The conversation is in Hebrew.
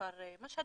כפר משהד,